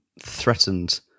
threatened